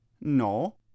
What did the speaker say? No